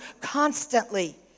constantly